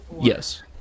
Yes